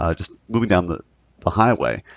ah just moving down the the highway.